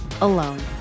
alone